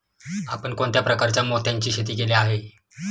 आपण कोणत्या प्रकारच्या मोत्यांची शेती केली आहे?